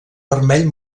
vermell